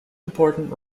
important